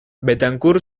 betancourt